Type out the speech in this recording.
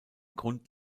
grund